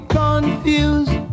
confused